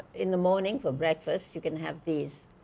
in the morning, for breakfast, you can have these,